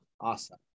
Awesome